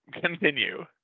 continue